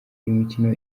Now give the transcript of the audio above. imikino